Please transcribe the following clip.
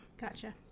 Gotcha